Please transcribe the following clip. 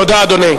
תודה, אדוני.